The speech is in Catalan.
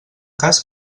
cas